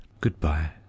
goodbye